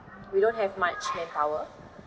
we don't have much manpower